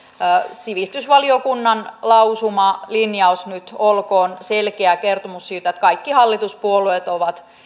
sivistysvaliokunnan lausumalinjaus nyt olkoon selkeä kertomus siitä että kaikki hallituspuolueet ovat